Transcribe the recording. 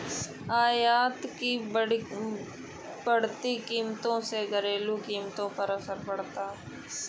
आयात की बढ़ती कीमतों से घरेलू कीमतों पर असर पड़ता है